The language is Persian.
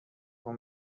خون